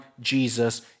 Jesus